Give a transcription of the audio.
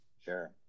Sure